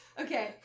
Okay